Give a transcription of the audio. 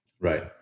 Right